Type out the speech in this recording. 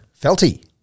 Felty